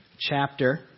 chapter